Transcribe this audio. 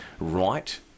right